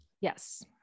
Yes